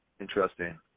Interesting